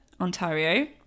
Ontario